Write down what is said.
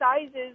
sizes